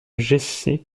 jessé